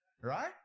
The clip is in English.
Right